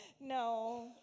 No